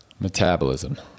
Metabolism